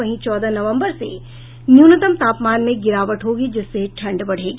वहीं चौदह नवंबर से न्यूनतम तापमान में गिरावट होगी जिससे ठंड बढ़ेगी